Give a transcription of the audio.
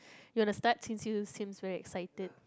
you want to start since you seems very excited